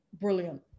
brilliant